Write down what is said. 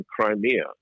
Crimea